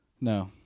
No